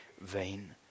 vain